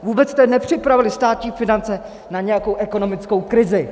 Vůbec jste nepřipravili státní finance na nějakou ekonomickou krizi.